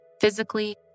physically